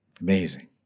Amazing